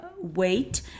weight